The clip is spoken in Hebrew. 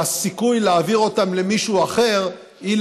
והסיכוי להעביר אותן למישהו אחר היא,